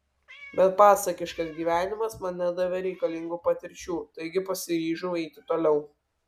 bet pasakiškas gyvenimas man nedavė reikalingų patirčių taigi pasiryžau eiti toliau